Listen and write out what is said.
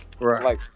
Right